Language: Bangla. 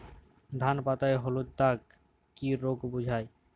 ধান পাতায় হলুদ দাগ কি রোগ বোঝায়?